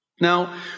Now